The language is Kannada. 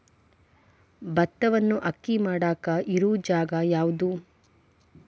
ಭತ್ತವನ್ನು ಅಕ್ಕಿ ಮಾಡಾಕ ಇರು ಜಾಗ ಯಾವುದು?